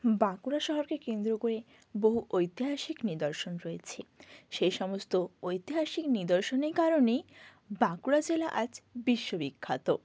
বাঁকুড়া শহরকে কেন্দ্র করে বহু ঐতিহাসিক নিদর্শন রয়েছে সেই সমস্ত ঐতিহাসিক নিদর্শনে কারণেই বাঁকুড়া জেলা আজ বিশ্ব বিখ্যাত